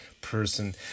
person